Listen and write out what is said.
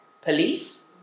police